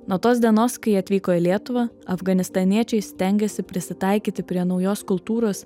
nuo tos dienos kai atvyko į lietuvą afganistaniečiai stengiasi prisitaikyti prie naujos kultūros